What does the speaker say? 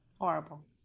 horrible